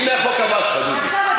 הנה החוק הבא שלך, דודי.